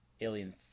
Alien